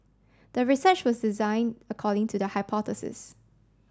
the research was designed according to the hypothesis